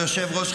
כבוד היושב-ראש,